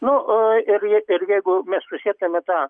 nu aa ir jei ir jeigu mes susietume tą